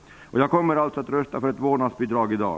Jag kommer alltså att rösta för ett vårdnadsbidrag i dag.